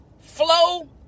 flow